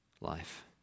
life